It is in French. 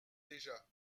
déjà